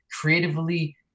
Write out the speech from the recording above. creatively